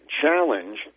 Challenge